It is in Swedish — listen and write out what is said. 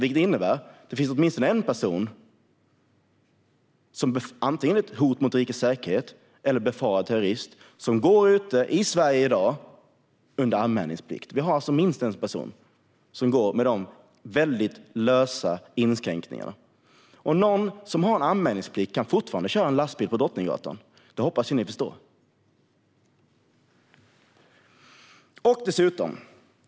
Det innebär att det finns åtminstone en person som antingen är ett hot mot rikets säkerhet eller en möjlig terrorist som rör sig fritt i Sverige under anmälningsplikt. Det finns alltså minst en person som går runt med dessa väldigt små begränsningar. Den som har anmälningsplikt kan fortfarande köra en lastbil på Drottninggatan; det hoppas jag att ni förstår.